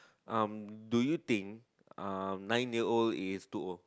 um do you think um nine year old is too old